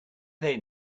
they